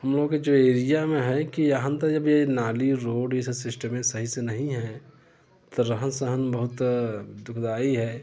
हम लोगों के एरिया में है कि यहाँ तो जब ये नाली रोड ऐसे सिस्टम सही से नहीं है तो रहन सहन बहुत दुखदायी है